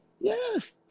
Yes